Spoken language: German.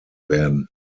werden